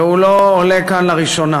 והוא לא עולה כאן לראשונה.